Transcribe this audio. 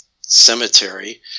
cemetery